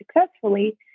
successfully